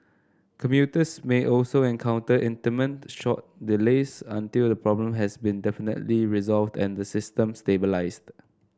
commuters may also encounter intermittent short delays until the problem has been definitively resolved and the system stabilised